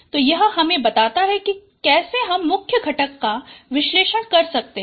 तो यह हमें बताता है कि कैसे हम मुख्य घटक का विशलेषण कर सकते है